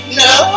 no